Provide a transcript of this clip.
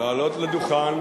לעלות לדוכן